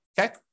okay